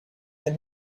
than